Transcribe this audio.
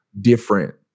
different